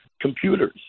computers